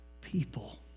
people